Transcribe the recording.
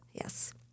Yes